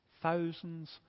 thousands